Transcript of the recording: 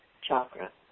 chakra